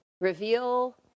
Reveal